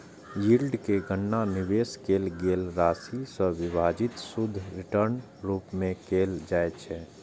yield के गणना निवेश कैल गेल राशि सं विभाजित शुद्ध रिटर्नक रूप मे कैल जाइ छै